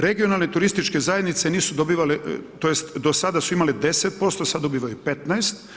Regionalne turističke zajednice nisu dobivale to jest do sada su imale 10%, sad dobivaju 15%